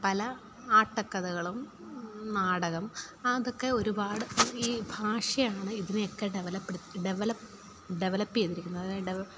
പല ആട്ടക്കഥകളും നാടകം അതൊക്കെ ഒരുപാട് ഈ ഭാഷയാണ് ഇതിനെയൊക്കെ ടെവേലോപ്ഡ് ഡെവലപ്പ് ഡെവലപ്പ് ചെയ്തിരിക്കുന്നത് അതായത്